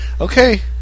Okay